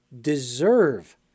deserve